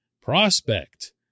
Prospect